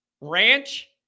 ranch